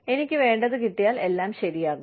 എനിക്ക് വേണ്ടത് കിട്ടിയാൽ എല്ലാം ശരിയാകും